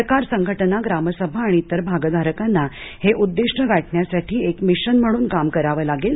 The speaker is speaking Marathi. सरकार संघटना ग्रामसभा आणि इतर भागधारकांना हे उद्दिष्ट गाठण्यासाठी एक मिशन म्हणून काम करावं लागेल